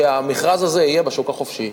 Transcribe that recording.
שהמכרז הזה יהיה בשוק החופשי,